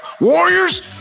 Warriors